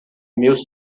meus